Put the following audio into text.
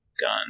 Gun